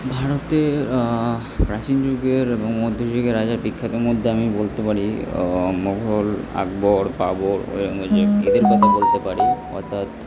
ভারতের প্রাচীন যুগের এবং মধ্যযুগের রাজার বিখ্যাতর মধ্যে আমি বলতে পারি মোঘল আকবর বাবর ঔরঙ্গজেব এদের কথা বলতে পারি অর্থাৎ